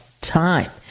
time